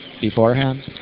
beforehand